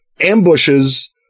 ambushes